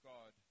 God